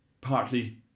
partly